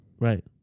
Right